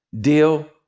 deal